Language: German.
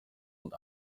und